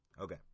Okay